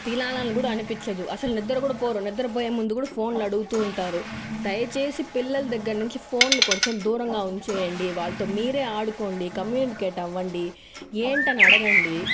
తినాలని కూడా అనిపించదు అసలు నిద్ర కూడా పోరు నిద్రపోయే ముందు కూడా ఫోన్లు అడుగుతూ ఉంటారు దయచేసి పిల్లలు దగ్గరనుంచి ఫోన్లు కొంచెం దూరంగా ఉంచేయండి వాళ్ళతో మీరే ఆడుకోండి కమ్యూనికేట్ అవ్వండి ఏంటీ అని అడగండీ